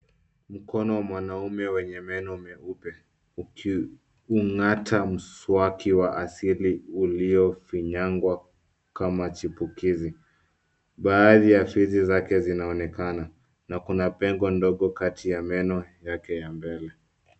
Mkono wa mwanaume wenye meno meupe, ukiung'ata mswaki wa asili uliofinyangwa kama chipukizi. Baadhi ya fizi zake zinaonekana na kuna pengo ndogo kati ya meno yake ya mbele.